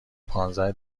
پانزده